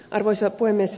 arvoisa puhemies